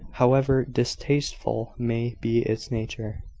however distasteful may be its nature.